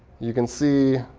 you can see